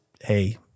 hey